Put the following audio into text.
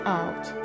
out